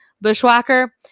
bushwhacker